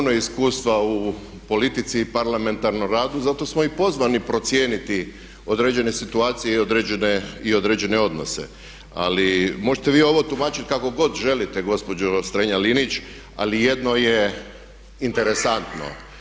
Imamo puno iskustva u politici i parlamentarnom radu zato smo i pozvani procijeniti određene situacije i određene odnose ali možete vi ovo tumačiti kako god želite gospođo Strenja-Linić ali jedno je interesantno.